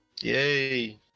yay